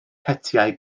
hetiau